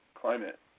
climate